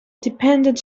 dependent